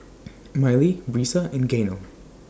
Mylee Brisa and Gaynell